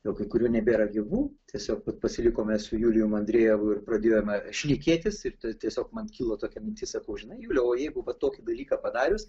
jau kai kurių nebėra gyvų tiesiog pasilikome su juliumi andrejevu ir pradėjome šnekėtis ir tai tiesiog man kilo tokia mintis sakau žinai juliau o jeigu va tokį dalyką padarius